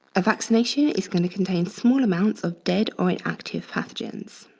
a vaccination is gonna contain small amounts of dead or inactive pathogens.